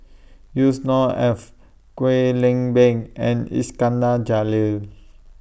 Yusnor Ef Kwek Leng Beng and Iskandar Jalil